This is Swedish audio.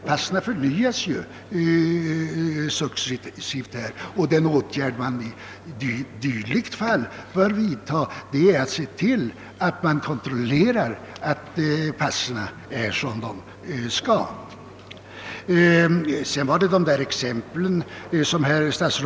Passen förnyas ju successivt, och den åtgärd man då bör vidta är givetvis att kontrollera att passen är som de skall vara. Sedan tog statsrådet också några exempel.